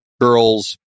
girls